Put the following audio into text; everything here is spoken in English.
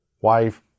wife